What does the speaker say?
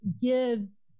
gives